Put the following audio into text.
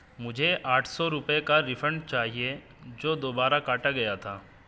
مجھے آٹھ سو روپئے کا ریفنڈ چاہیے جو دوبارہ کاٹا گیا تھا